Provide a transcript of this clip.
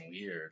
weird